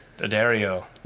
Dario